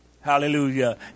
Hallelujah